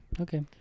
Okay